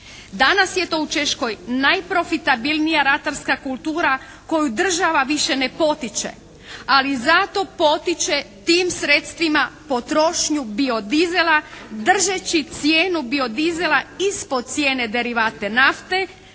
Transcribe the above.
Danas je to u Češkoj najprofitabilnija ratarska kultura koju država više ne potiče ali zato potiče tim sredstvima potrošnju biodiesela držeći cijenu biodiesela ispod cijene derivata nafte,